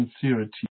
sincerity